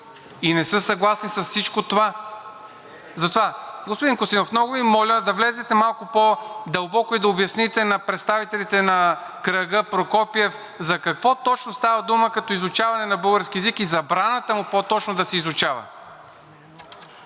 И не са съгласни с всичко това. Затова, господин Костадинов, много Ви моля да влезете малко по-дълбоко и да обясните на представителите на кръга Прокопиев за какво точно става дума като изучаване на български език и забраната му по-точно да се изучава.